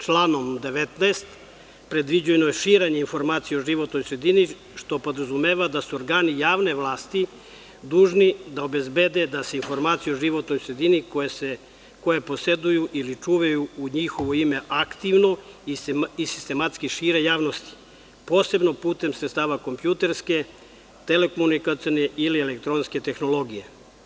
Članom 19. predviđeno je širenje informacija o životnoj sredini što podrazumeva da su organi javne vlasti dužni da obezbede da se informacije o životnoj sredini koje poseduju ili čuvaju u njihovo ime aktivno i sistematski šire javnosti, posebno putem sredstava kompjuterske, telekomunikacione ili elektronske tehnologije.